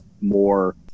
more